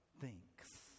thinks